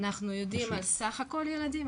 אנחנו יודעים על סך הכל ילדים,